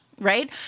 right